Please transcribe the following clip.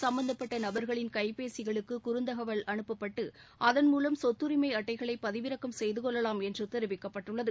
சம்பந்தப்பட்ட நபர்களின் கைப்பேசிகளுக்கு குறுந்தகவல் அனுப்பப்பட்டு அதன்மூலம் சொத்தரிமை அட்டைகளை பதிவிறக்கம் செய்து கொள்ளலாம் என்று தெரிவிக்கப்பட்டுள்ளது